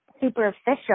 superficial